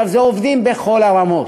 אלה עובדים בכל הרמות,